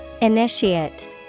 Initiate